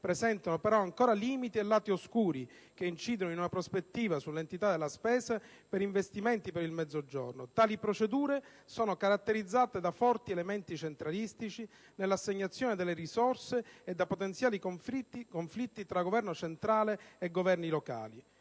presentano, però, ancora limiti e lati oscuri, che incidono, in prospettiva, sull'entità della spesa per investimenti per il Mezzogiorno. Tali procedure sono caratterizzate da forti elementi centralistici nell'assegnazione delle risorse e da potenziali conflitti tra Governo centrale e governi locali».